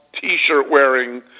t-shirt-wearing